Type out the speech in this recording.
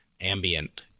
ambient